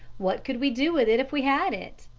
what could we do with it if we had it?